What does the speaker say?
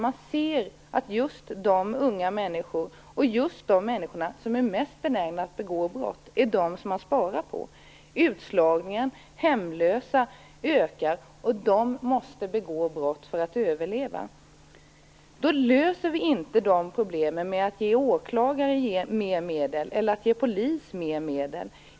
Man ser att just de unga människor som är mest benägna att begå brott är de som man sparar på. Antalet utslagna och hemlösa ökar, och dessa människor måste begå brott för att överleva. Då löser man inte dessa problem genom att ge åklagare eller polis mer medel.